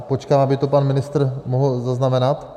Počkám, aby to pan ministr mohl zaznamenat.